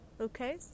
okay